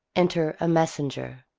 enter a messenger.